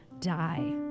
die